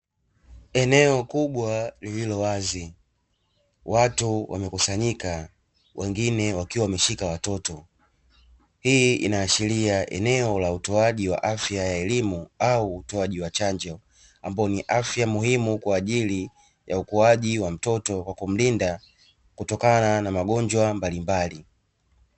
Eneo kubwa lililo wazi, watu wamekusanyika wengine wakiwa wame shika watoto, hii inaashiria eneo la utoaji wa afya ya elimu au utoaji wa chanjo, ambapo ni afya muhimu kwa ajili ya ukuaji wa mtoto kumlinda kutokana na magonjwa mbalimbali.